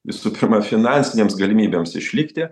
visų pirma finansinėms galimybėms išlikti